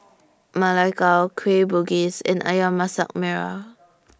Ma Lai Gao Kueh Bugis and Ayam Masak Merah